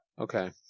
Okay